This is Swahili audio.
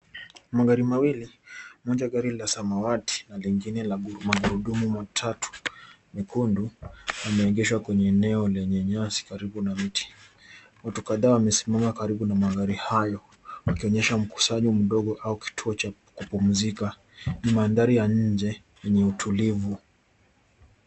Magari mawili, moja gari la samawati na lingine la mangurudumu matatu mekundu yameegeshwa kwenye eneo lenye nyasi karibu na miti. Watu kadhaa wamesimama karibu na magari hayo wakionyesha mkusaji mdogo au kituo cha kupumzika. Ni mandhari ya nje yenye utulivu.